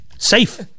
Safe